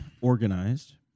organized